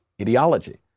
ideology